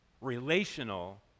relational